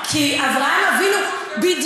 אברהם אבינו קנה את זה בכסף?